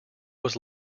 was